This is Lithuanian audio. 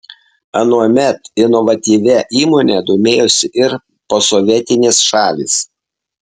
anuomet inovatyvia įmone domėjosi ir posovietinės šalys